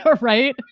Right